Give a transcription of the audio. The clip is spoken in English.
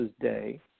day